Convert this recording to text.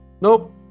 Nope